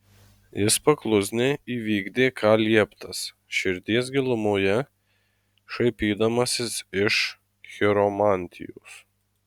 jis paklusniai įvykdė ką lieptas širdies gilumoje šaipydamasis iš chiromantijos